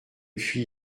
puis